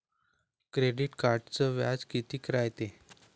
Credit कार्डचं व्याज कितीक रायते?